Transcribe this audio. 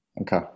Okay